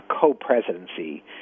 co-presidency